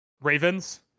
Ravens